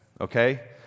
okay